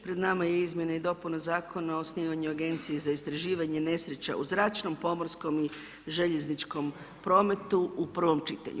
Pred nama je izmjena i dopuna Zakona o osnivanju agencije za istraživanje nesreća u zračnom, pomorskom i željezničkom prometu u prvom čitanju.